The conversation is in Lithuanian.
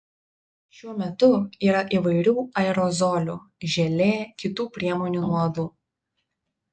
šiuo metu yra įvairių aerozolių želė kitų priemonių nuo uodų